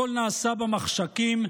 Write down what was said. הכול נעשה במחשכים,